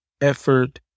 effort